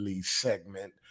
segment